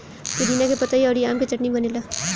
पुदीना के पतइ अउरी आम के चटनी बनेला